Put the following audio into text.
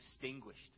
distinguished